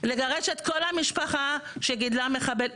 לגרש את כל המשפחה שגידלה מחבל.